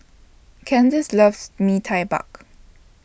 Candyce loves Mee Tai